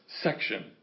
section